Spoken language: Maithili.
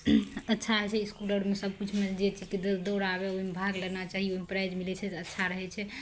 अच्छा होइ छै इसकुल आओरमे सब किछुमे जे दौड़ आबय ओइमे भाग लेना चाही ओइमे प्राइज मिलय छै अच्छा रहय छै